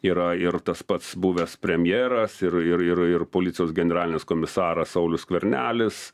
yra ir tas pats buvęs premjeras ir ir ir ir policijos generalinis komisaras saulius skvernelis